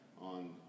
on